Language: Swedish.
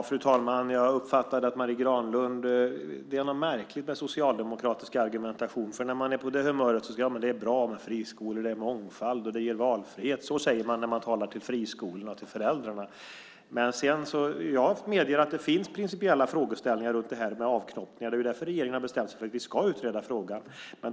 Fru talman! Jag uppfattade att Marie Granlund för någon märklig socialdemokratisk argumentation. När man är på det humöret säger man att det är bra med friskolor, det ger mångfald och valfrihet. Så säger man när man talar till friskolorna och till föräldrarna. Jag har meddelat att det finns principiella frågeställningar runt avknoppningar. Därför har regeringen bestämt sig för att vi ska utreda frågan.